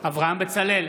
אברהם בצלאל,